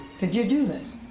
did you do this?